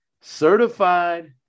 Certified